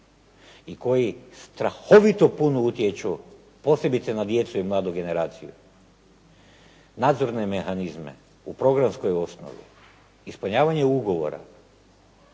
i koji strahovito puno utječu posebice na djecu i mladu generaciju. Nadzorne mehanizme u programskoj osnovi, ispunjavanje ugovora